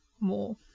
more